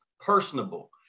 personable